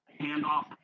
handoff